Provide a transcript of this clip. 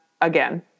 again